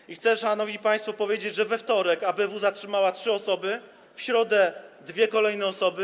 I chcę, szanowni państwo, powiedzieć, że we wtorek ABW zatrzymała trzy osoby, w środę dwie kolejne osoby.